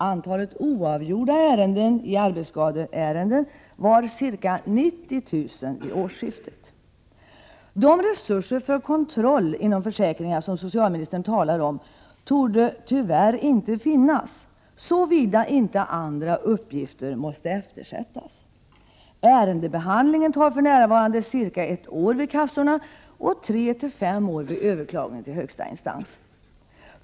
Antalet oavgjorda arbetsskadeärenden var ca 90 000 vid årsskiftet. De resurser för kontroll inom försäkringarna som socialministern talar om torde tyvärr inte finnas, såvida inte andra uppgifter måste eftersättas. Ärendebehandlingen tar för närvarande ca ett år vid kassorna och tre till fem år vid överklagande till högsta instans.